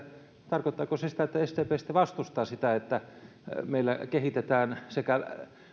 tarkoittaako se sitä että sdp sitten vastustaa sitä että meillä kehitetään sekä